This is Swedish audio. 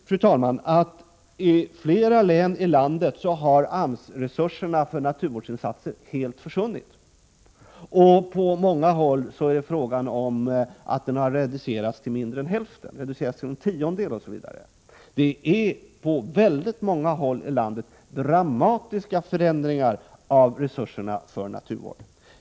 Vi vet ju att i flera län i landet har AMS-resurserna för naturvårdsinsatser helt försvunnit. Och på många håll har de reducerats till mindre än hälften, till en tiondel osv. Det är på många håll i landet dramatiska förändringar av resurserna för naturvård.